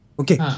okay